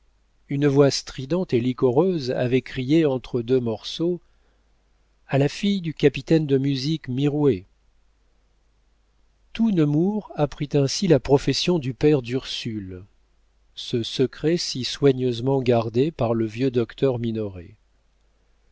une voix stridente et liquoreuse avait crié entre deux morceaux a la fille du capitaine de musique mirouët tout nemours apprit ainsi la profession du père d'ursule ce secret si soigneusement gardé par le vieux docteur minoret